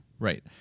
Right